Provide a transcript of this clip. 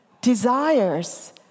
desires